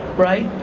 right?